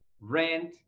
rent